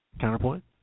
counterpoint